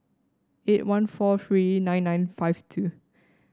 eight one four three nine nine five two